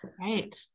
Right